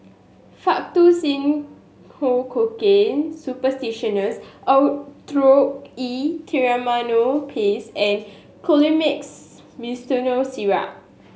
Faktu Cinchocaine Suppositories Oracort E Triamcinolone Paste and Colimix Simethicone Syrup